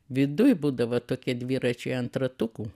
viduj būdavo tokie dviračiai ant ratukų